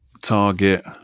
Target